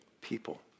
people